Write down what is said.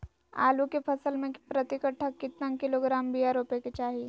आलू के फसल में प्रति कट्ठा कितना किलोग्राम बिया रोपे के चाहि?